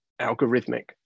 algorithmic